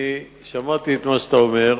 אני שמעתי את מה שאתה אומר.